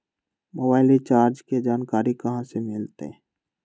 Mobile recharge के जानकारी कहा से मिलतै?